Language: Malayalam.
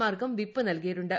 മാർക്കും വിപ്പ് നൽകിയിട്ടുണ്ട്